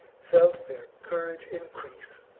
felt their courage increase.